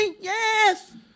yes